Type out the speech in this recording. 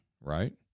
right